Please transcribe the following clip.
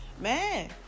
man